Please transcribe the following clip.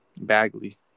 Bagley